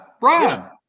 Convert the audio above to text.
Brian